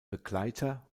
begleiter